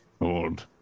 old